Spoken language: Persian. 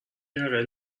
یقه